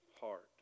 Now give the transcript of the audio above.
heart